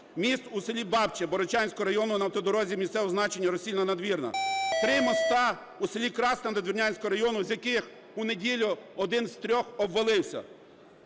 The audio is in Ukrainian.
міст у селі Бабче Богородчанського району на автодорозі місцевого значення Росільна-Надвірна. Три мости у селі Красна Надвірнянського району, з яких у неділю один з трьох обвалився.